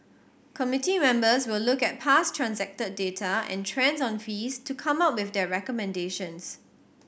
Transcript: committee members will look at past transacted data and trends on fees to come up with their recommendations